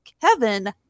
kevin